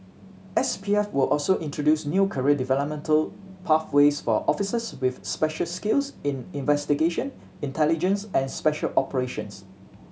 S P F will also introduce new career developmental pathways for officers with specialised skills in investigation intelligence and special operations